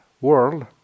world